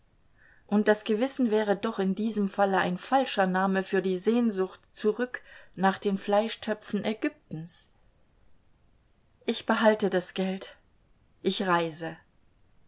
und das gewissen wäre doch in diesem falle ein falscher name für die sehnsucht zurück nach den fleischtöpfen ägyptens ich behalte das geld ich reise